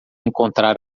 encontrar